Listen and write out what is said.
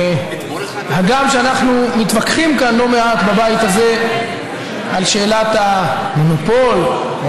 הגם שאנחנו מתווכחים כאן לא מעט בבית הזה על שאלת המונופול או